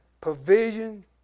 provision